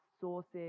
sources